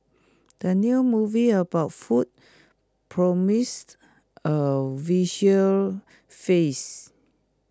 the new movie about food promised A visual feast